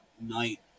night